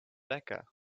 becca